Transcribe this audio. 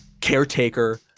Caretaker